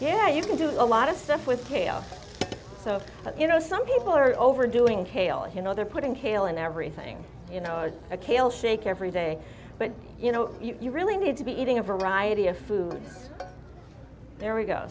yeah you can do a lot of stuff with kale so that you know some people are overdoing kale you know they're putting kale and everything you know a kale shake every day but you know you really need to be eating a variety of foods there we go